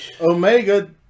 Omega